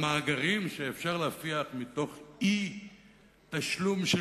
המאגרים שאפשר להפיח מתוך אי-תשלום של